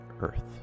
Earth